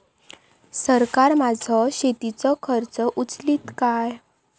सरकार माझो शेतीचो खर्च उचलीत काय?